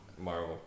Marvel